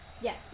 Yes